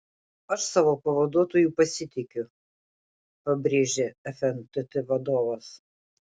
aš savo pavaduotoju pasitikiu pabrėžė fntt vadovas